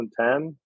2010